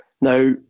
Now